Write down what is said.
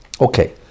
okay